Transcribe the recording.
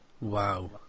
Wow